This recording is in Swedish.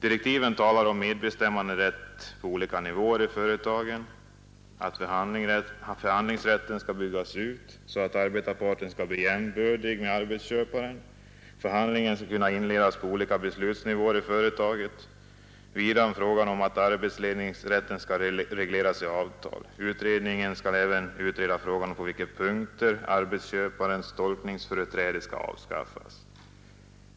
I direktiven talas om medbestämmanderätt på olika nivåer i företaget, om att förhandlingsrätten skall byggas ut så att arbetarparten skall bli jämbördig med arbetsköparen och om att förhandlingar skall kunna inledas på olika beslutsnivåer i företaget. Vidare berörs frågan om att arbetsledningsrätten skall regleras i avtal och utredningen skall även utreda frågan om på vilka punkter arbetsköparens tolkningsföreträde kan avskaffas.